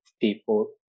people